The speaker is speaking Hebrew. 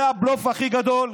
זה הבלוף הכי גדול,